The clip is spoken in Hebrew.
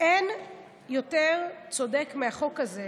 אין יותר צודק מהחוק הזה,